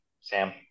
Sam